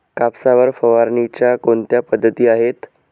कापसावर फवारणीच्या कोणत्या पद्धती आहेत?